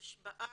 חודש בארץ,